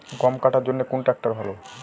গম কাটার জন্যে কোন ট্র্যাক্টর ভালো?